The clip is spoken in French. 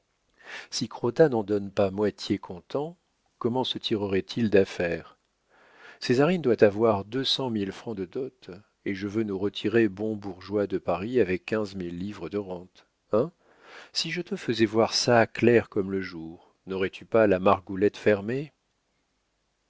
si crottat n'en donne pas moitié comptant comment se tirerait il d'affaire césarine doit avoir deux cent mille francs de dot et je veux nous retirer bons bourgeois de paris avec quinze mille livres de rentes hein si je te faisais voir ça clair comme le jour n'aurais-tu pas la margoulette fermée